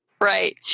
Right